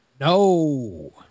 no